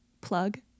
plug